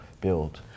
build